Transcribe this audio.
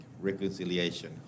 reconciliation